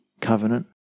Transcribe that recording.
covenant